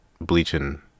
bleaching